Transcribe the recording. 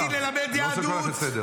אמרתי ללמד יהדות.